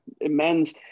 immense